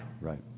Right